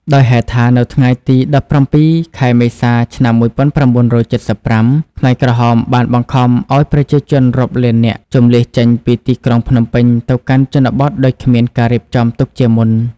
ដោយហេតុថា នៅថ្ងៃទី ១៧ ខែមេសា ឆ្នាំ ១៩៧៥ ខ្មែរក្រហមបានបង្ខំឲ្យប្រជាជនរាប់លាននាក់ជម្លៀសចេញពីទីក្រុងភ្នំពេញទៅកាន់ជនបទដោយគ្មានការរៀបចំទុកជាមុន។